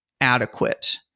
adequate